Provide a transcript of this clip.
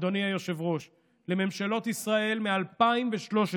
אדוני היושב-ראש, לממשלות ישראל מ-2013